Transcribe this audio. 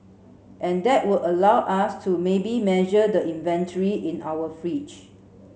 and that would allow us to maybe measure the inventory in our fridge